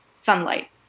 sunlight